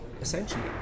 essentially